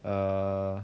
err